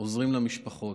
עוזרים למשפחות,